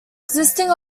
existing